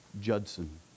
Judson